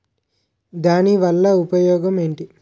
దాని వల్ల ఉపయోగం ఎంటి?